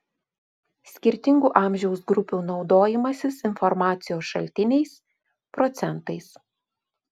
skirtingų amžiaus grupių naudojimasis informacijos šaltiniais procentais